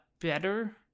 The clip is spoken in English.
better